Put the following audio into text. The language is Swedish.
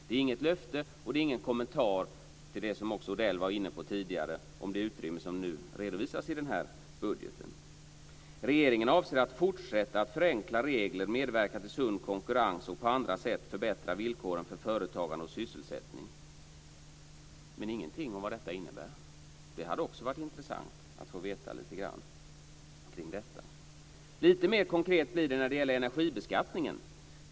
Det är inget löfte och det är ingen kommentar till det som också Odell var inne på tidigare om det utrymme som nu redovisas i budgeten. "Regeringen avser att fortsätta att förenkla regler, medverka till sund konkurrens och på andra sätt förbättra villkoren för företagande och sysselsättning." Men det står ingenting om vad detta innebär. Det hade också varit intressant att få veta lite grann om. Lite mer konkret blir det när det gäller energibeskattningen.